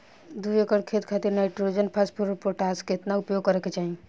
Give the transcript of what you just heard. दू एकड़ खेत खातिर नाइट्रोजन फास्फोरस पोटाश केतना उपयोग करे के चाहीं?